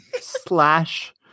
slash